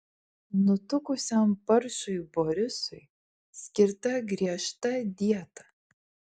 nutukusiam paršui borisui skirta griežta dieta